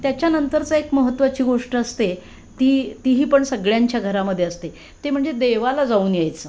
त्याच्यानंतरचा एक महत्त्वाची गोष्ट असते ती तीही पण सगळ्यांच्या घरामध्ये असते ते म्हणजे देवाला जाऊन यायचं